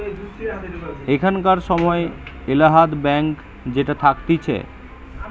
এখানকার সময় এলাহাবাদ ব্যাঙ্ক যেটা থাকতিছে